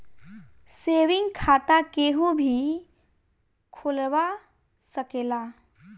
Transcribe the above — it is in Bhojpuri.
सेविंग खाता केहू भी खोलवा सकेला